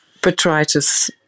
Botrytis